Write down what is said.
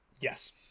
yes